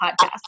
podcast